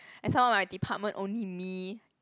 and some more my department only me